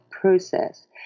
process